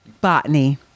botany